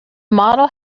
model